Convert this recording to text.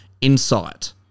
insight